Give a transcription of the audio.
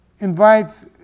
Invites